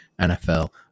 NFL